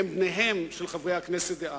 הם בניהם של חברי הכנסת דאז.